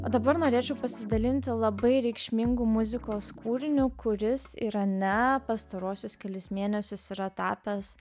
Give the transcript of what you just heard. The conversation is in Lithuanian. o dabar norėčiau pasidalinti labai reikšmingu muzikos kūriniu kuris yra ne pastaruosius kelis mėnesius yra tapęs